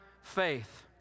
faith